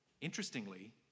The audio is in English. interestingly